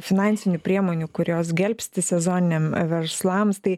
finansinių priemonių kurios gelbsti sezoniniam verslams tai